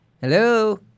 Hello